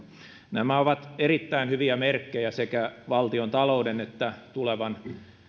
nämä ovat erittäin hyviä merkkejä sekä valtiontalouden että tulevan